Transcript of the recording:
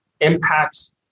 impacts